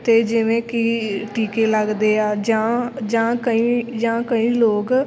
ਅਤੇ ਜਿਵੇਂ ਕਿ ਟੀਕੇ ਲੱਗਦੇ ਆ ਜਾਂ ਜਾਂ ਕਈ ਜਾਂ ਕਈ ਲੋਕ